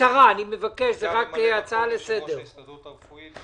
אני גם ממלא מקום יושב-ראש ההסתדרות הרפואית.